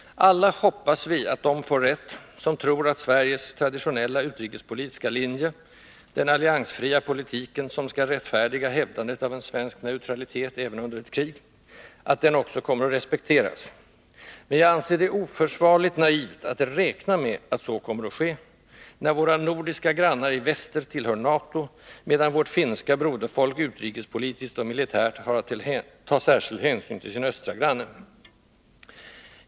Alla hoppas vi att de får rätt, som tror att Sveriges traditionella utrikespolitiska linje — den alliansfria politiken, som skall rättfärdiga hävdandet av en svensk neutralitet även under ett krig — också kommer att respekteras, men jag anser det oförsvarligt naivt att räkna med att så kommer att ske, när våra nordiska grannar i väster tillhör NATO, medan vårt finska broderfolk utrikespolitiskt och militärt har att ta särskild hänsyn till sin östra granne.